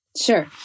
sure